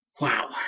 Wow